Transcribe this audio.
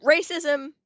racism